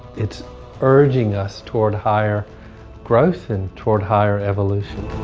it's urging us toward higher growth and toward higher evolution.